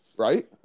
Right